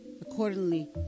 accordingly